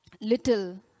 little